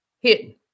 hidden